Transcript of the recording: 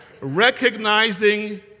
Recognizing